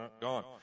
gone